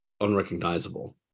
unrecognizable